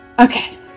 Okay